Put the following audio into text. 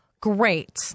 great